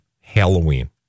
Halloween